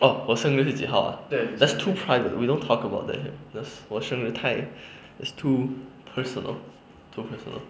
oh 我生日是几号 ah that's too private we don't talk about that here that's 我生日太 it's too personally too personally